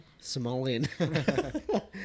Somalian